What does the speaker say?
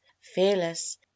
fearless